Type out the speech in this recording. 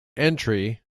entry